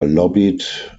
lobbied